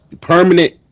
permanent